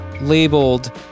labeled